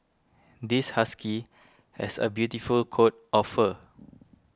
this husky has a beautiful coat of fur